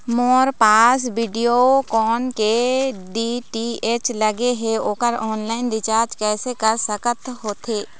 मोर पास वीडियोकॉन के डी.टी.एच लगे हे, ओकर ऑनलाइन रिचार्ज कैसे कर सकत होथे?